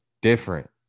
different